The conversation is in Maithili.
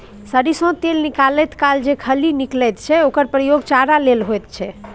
सरिसों तेल निकालैत काल जे खली निकलैत छै ओकर प्रयोग चारा लेल होइत छै